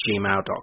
gmail.com